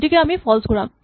গতিকে আমি ফল্চ ঘূৰাম